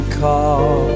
call